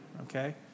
okay